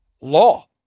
Law